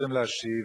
קודם להשיב.